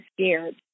scared